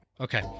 Okay